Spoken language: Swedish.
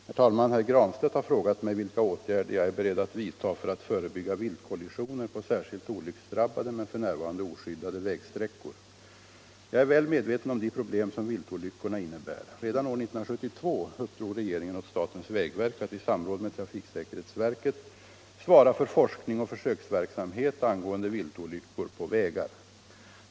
Herr talman! Herr Granstedt har frågat mig, vilka åtgärder jag är beredd att vidta för att förebygga viltkollisioner på särskilt olycksdrabbade men Jag är väl medveten om de problem som viltolyckorna innebär. Redan år 1972 uppdrog regeringen åt statens vägverk att i samråd med trafiksäkerhetsverket svara för forskning och försöksverksamhet angående viltolyckor på vägar.